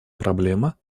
проблема